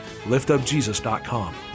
liftupjesus.com